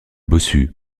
bossu